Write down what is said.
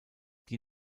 die